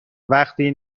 وقتی